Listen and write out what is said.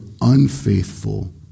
unfaithful